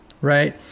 Right